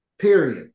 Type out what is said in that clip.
Period